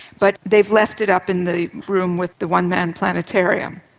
but they've left it up in the room with the one-man planetarium,